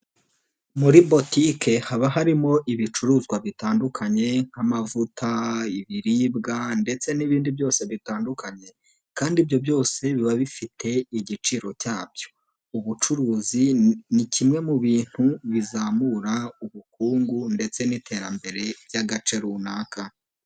Muri butike haba harimo ibicuruzwa bitandukanye nk'amavuta, ibiribwa ndetse n'ibindi byose bitandukanye, kandi ibyo byose biba bifite igiciro cyabyo. Ubucuruzi ni kimwe mu bintu bizamura ubukungu ndetse n'iterambere by'agace runaka.